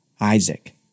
Isaac